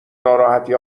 ناراحتی